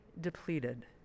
depleted